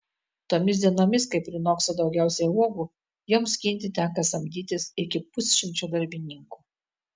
tomis dienomis kai prinoksta daugiausiai uogų joms skinti tenka samdytis iki pusšimčio darbininkų